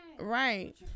Right